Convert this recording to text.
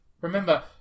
remember